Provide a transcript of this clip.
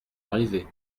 arrivés